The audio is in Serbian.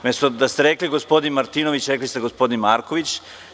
Umesto da ste rekli gospodin Martinović, rekli ste gospodin Markoviću.